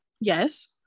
Yes